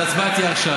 ההצבעה תהיה עכשיו.